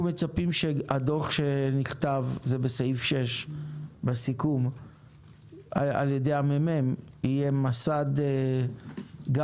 אנחנו מצפים שהדוח שנכתב על ידי ה-ממ"מ יהיה מסד גם